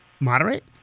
moderate